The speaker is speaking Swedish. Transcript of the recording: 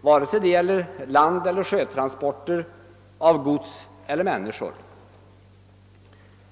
vare sig det gäller landeller sjötransporter, av gods eller människor.